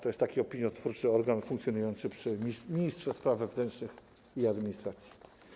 To jest opiniotwórczy organ funkcjonujący przy ministrze spraw wewnętrznych i administracji.